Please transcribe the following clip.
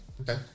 okay